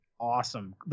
awesome